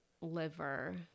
liver